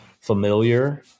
familiar